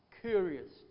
curious